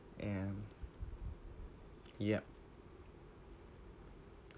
ya um yup